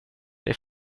det